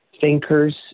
thinkers